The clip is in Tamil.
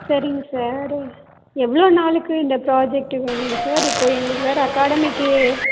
சரிங்க சார்ரு எவ்வளோ நாளுக்கு இந்த ப்ராஜெக்ட் வேணுங்க சார் இப்போ எங்களுக்கு வேறு அகாடமிக்கி